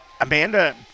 Amanda